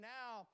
now